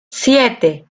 siete